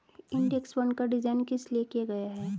Index fund का design किस लिए किया गया है?